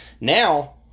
Now